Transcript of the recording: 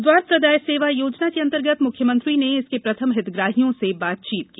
द्वार प्रदाय सेवा योजना के अंतर्गत मुख्यमंत्री ने इसके प्रथम हितप्राहियों से बातचीत की